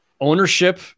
ownership